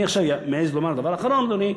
אני עכשיו מעז לומר, דבר אחרון, אדוני,